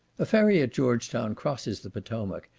a ferry at george town crosses the potomac,